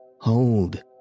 Hold